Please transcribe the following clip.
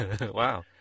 Wow